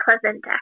pleasant